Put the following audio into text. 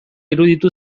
iruditu